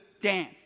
Dan